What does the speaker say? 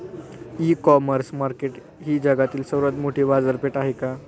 इ commerce market ही जगातील सर्वात मोठी बाजारपेठ आहे का?